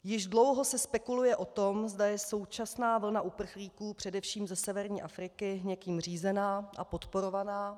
Již dlouho se spekuluje o tom, zda je současná vlna uprchlíků, především ze severní Afriky, někým řízená a podporovaná.